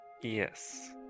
Yes